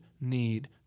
need